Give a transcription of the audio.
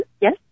Yes